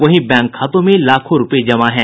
वहीं बैंक खातों में लाखों रूपये जमा है